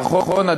נכון,